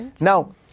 Now